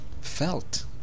felt